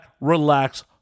relax